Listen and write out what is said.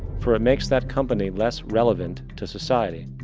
for it makes that company less relevant to society.